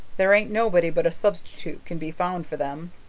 there ain't nobody but a substitute can be found for them.